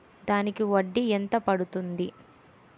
దానికి వడ్డీ ఎంత పడుతుంది?